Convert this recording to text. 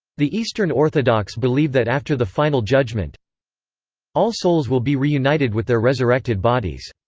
the eastern orthodox believe that after the final judgment all souls will be reunited with their resurrected bodies.